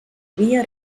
havia